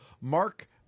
Mark